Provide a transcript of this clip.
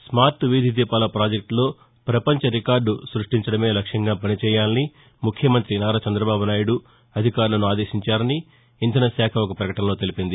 smart వీధిదీపాల పాజెక్టులో ప్రపంచ రికార్డు సృష్టించడమే లక్ష్యంగా పనిచేయాలని ముఖ్యమంత్రి నారా చందబాబు నాయుడు అధికారులను ఆదేశించారని ఇంధన శాఖ ఒక పకటనలో తెలిపింది